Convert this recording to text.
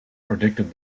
predicted